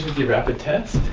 your rapid test,